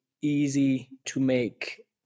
easy-to-make